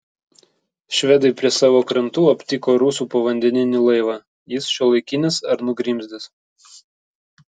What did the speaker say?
švedai prie savo krantų aptiko rusų povandeninį laivą jis šiuolaikinis ar nugrimzdęs